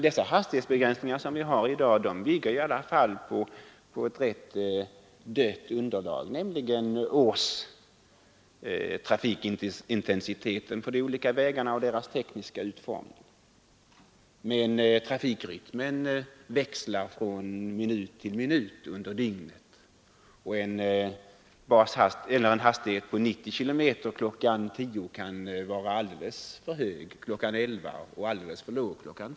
De hastighetsbegränsningar vi har i dag bygger i alla fall på ett ganska dött underlag, nämligen årstrafikintensiteten för de olika vägarna och deras tekniska utformning. Men trafikrytmen växlar från minut till minut under dygnet, och en hastighet på 90 km kl. 10 kan vara alldeles för hög kl. 11 och alldeles för låg kl. 12.